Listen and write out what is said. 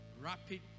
Rapid